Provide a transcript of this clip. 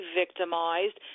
victimized